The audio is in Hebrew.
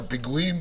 גם פיגועים,